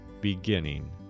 beginning